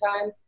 time